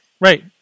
right